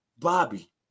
Bobby